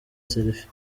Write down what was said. selfie